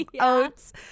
oats